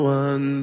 one